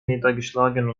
niedergeschlagen